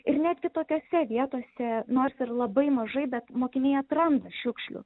ir netgi tokiose vietose nors ir labai mažai bet mokiniai atranda šiukšlių